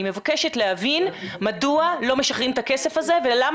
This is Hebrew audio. אני מבקשת להבין מדוע לא משחררים את הכסף הזה ולמה